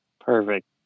perfect